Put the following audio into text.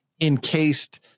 encased